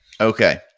Okay